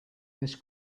this